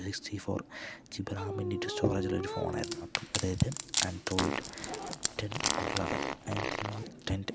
sixty four GB RAM ഇൻറെറ്റ് സ്റ്റോറേജുള്ള ഒരു ഫോണായിരുന്നു അപ്പം അതായത് Android ten or eleven I think ten